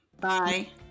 Bye